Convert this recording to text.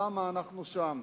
למה אנחנו שם.